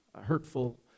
hurtful